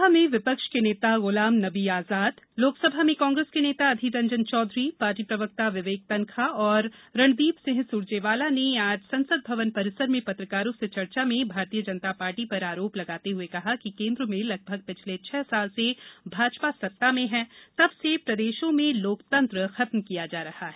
राज्यसभा में विपक्ष के नेता गुलाम नबी आज़ाद लोकसभा में कांग्रेस के नेता अधीर रंजन चौधरी पार्टी प्रवक्ता विवेक तन्खा तथा रणदीप सिंह सुरजेवाला ने आज संसद भवन परिसर में पत्रकारों से चर्चा में भारतीय जनता पार्टी पर आरोप लगाते हुए कहा कि केन्द्र में लगभग पिछले छह साल से भाजपा सत्ता में है तब से प्रदेशों में लोकतंत्र खत्म किया जा रहा है